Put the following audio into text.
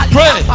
Pray